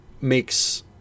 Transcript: makes